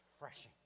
refreshing